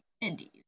indeed